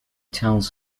tells